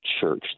church